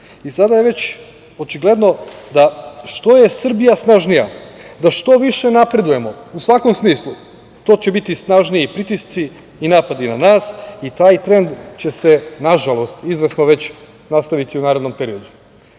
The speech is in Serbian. je već očigledno što je Srbija snažnija, da što više napredujemo u svakom smislu, to će biti snažniji pritisci i napadi na nas i taj trend će se, nažalost, izvesno nastaviti u narednom periodu.